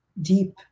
deep